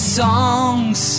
songs